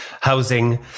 housing